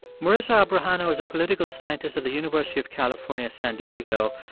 marisa abrajano is a political scientist at the university of california, san diego.